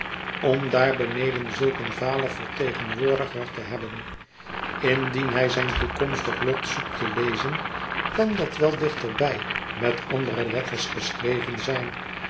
om daar beneden zulk een valen vertegenwoordiger te hebben indien hij zijn toekomstig lot zoekt te lezen kan dat wel dichterbij met andere letters geschreven zijn